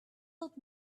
old